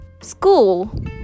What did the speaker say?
School